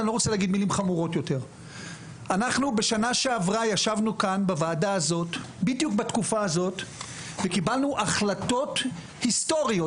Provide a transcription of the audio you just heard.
אנחנו בשנה שעברה ישבנו בוועדה הזאת וקיבלנו החלטות היסטוריות,